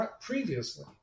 previously